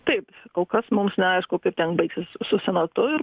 taip kol kas mums neaišku kaip ten baigsis su senatu ir